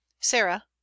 sarah